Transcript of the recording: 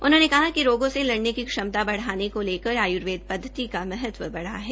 उन्होंने कहा कि रोगों से लडने की क्षमता बढ़ाने को लेकर आयर्वेद पदघति का महत्व बढ़ा है